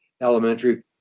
elementary